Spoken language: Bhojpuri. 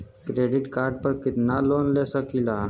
क्रेडिट कार्ड पर कितनालोन ले सकीला?